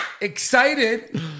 Excited